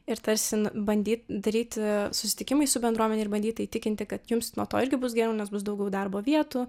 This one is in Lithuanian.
ir tarsi bandyt daryt susitikimai su bendruomene ir bandyta įtikinti kad jums nuo to irgi bus geriau nes bus daugiau darbo vietų